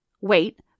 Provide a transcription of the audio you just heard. wait